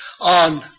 on